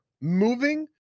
moving